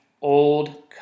old